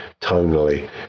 tonally